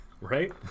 Right